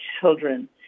children